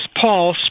Paul